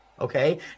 Okay